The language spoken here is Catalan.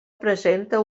presenta